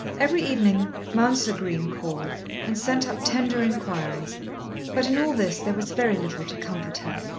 every evening mounser green called and sent up tender enquiries but in all this there was very little to comfort her.